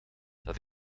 dat